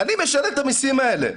אני משלם את המיסים האלה.